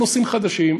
זה נושאים חדשים,